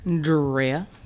drea